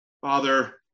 Father